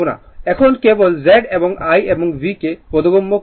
এখন কেবল Z এবং I এবং V কে বোধগম্য করে তুলবে